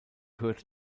hörte